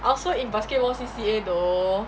I also in basketball C_C_A though